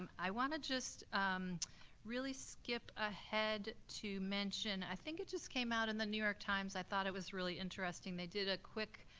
um i wanna just really skip ahead to mention, i think it just came out in the new york times, i thought it was really interesting, they did a quick,